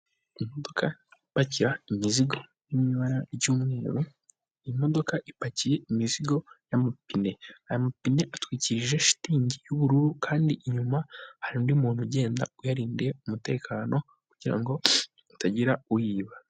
Imodoka ipakira imizigo iri mu ibara ry'mweru, imodoka ipakiye imizigo yapine, aya mapine atwikije shitingi y'ubururu kandi inyuma hari undi muntu ugenda uyandiye umutekano kugira ngo hatagira uyiba.